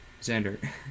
Xander